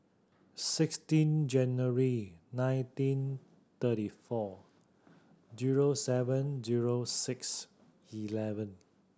sixteen January nineteen thirty four zero seven zero six eleven